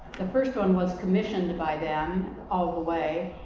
the first one was commissioned by them all the way.